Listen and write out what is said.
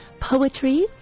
poetry